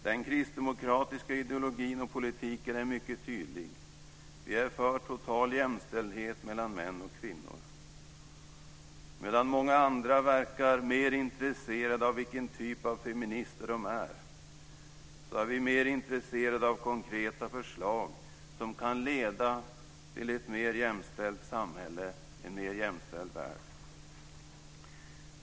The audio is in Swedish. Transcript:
Den kristdemokratiska ideologin och politiken är mycket tydlig. Vi är för total jämställdhet mellan män och kvinnor. Medan många andra verkar mer intresserade av vilken typ av feminister de är så är vi mer intresserade av konkreta förslag som kan leda till ett mer jämställt samhälle och en mer jämställd värld.